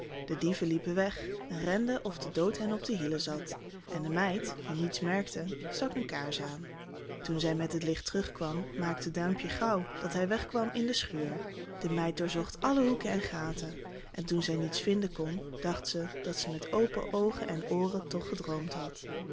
de dieven liepen weg en renden of de dood hen op de hielen zat en de meid die niets merkte stak een kaars aan toen zij met het licht terug kwam maakte duimpje gauw dat hij wegkwam in de schuur de meid doorzocht alle hoeken en gaten en toen zij niets vinden kon dacht ze dat ze met open oogen en ooren toch gedroomd had